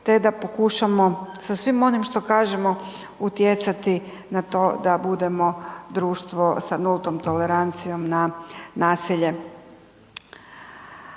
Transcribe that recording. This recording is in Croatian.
te da pokušamo sa svim onim što kažemo utjecati na to da budemo društvo sa nultom tolerancijom na nasilje.